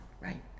right